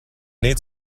need